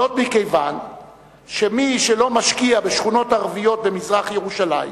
זאת מכיוון שמי שלא משקיע בשכונות ערביות במזרח-ירושלים